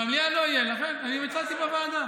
במליאה לא יהיה, ולכן הצעתי ועדה.